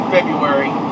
February